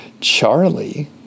Charlie